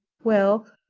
well,